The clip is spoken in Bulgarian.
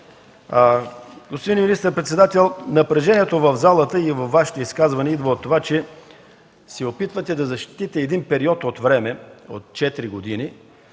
Господин министър-председател, напрежението в залата и във Вашето изказване идва от това, че се опитвате да защитите един период от време – от четири години,